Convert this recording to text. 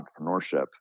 Entrepreneurship